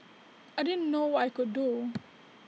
I didn't know what I could do